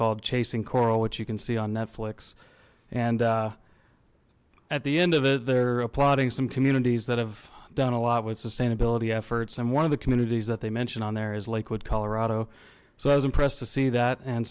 called chasing coral which you can see on netflix and at the end of it they're applauding some communities that have done a lot with sustainability efforts and one of the communities that they mentioned on there is lakewood colorado so i was impressed to see that and